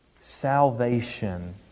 salvation